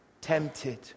tempted